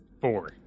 Four